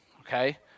Okay